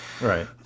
Right